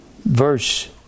verse